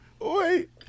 wait